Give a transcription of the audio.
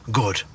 good